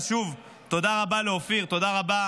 אז שוב, תודה רבה לאופיר, תודה רבה